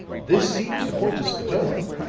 this seems to point to spatola.